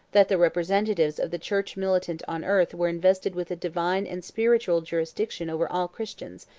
that the representatives of the church-militant on earth were invested with a divine and spiritual jurisdiction over all christians,